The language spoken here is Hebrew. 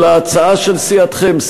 על ההצעה של סיעתכם,